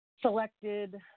selected